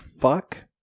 fuck